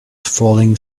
falling